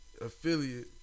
Affiliate